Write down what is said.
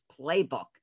Playbook